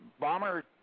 Bomber